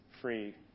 free